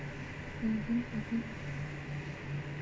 mmhmm mmhmm